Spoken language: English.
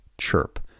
CHIRP